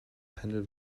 pendel